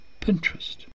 Pinterest